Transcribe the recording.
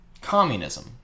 communism